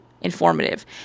informative